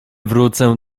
wrócę